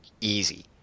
easy